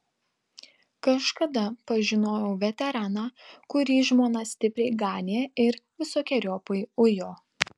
kažkada pažinojau veteraną kurį žmona stipriai ganė ir visokeriopai ujo